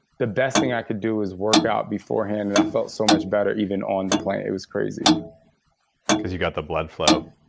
the best thing i could do is work out beforehand. and i felt so much better even on the plane. it was crazy because you got the blood flow.